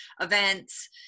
events